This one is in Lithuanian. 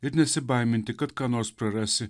ir nesibaiminti kad ką nors prarasi